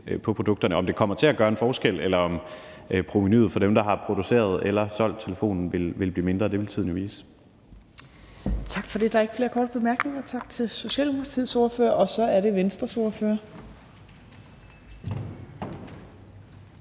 på produkterne. Om det kommer til at gøre en forskel, eller om provenuet for dem, der har produceret eller solgt telefonen, vil blive mindre, vil tiden jo vise. Kl. 15:07 Tredje næstformand (Trine Torp): Der er ikke flere korte bemærkninger, så vi siger tak til Socialdemokratiets ordfører. Så er det Venstres ordfører.